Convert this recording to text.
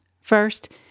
First